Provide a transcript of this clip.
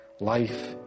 Life